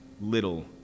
little